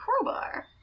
crowbar